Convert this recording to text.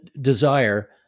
desire